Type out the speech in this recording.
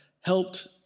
helped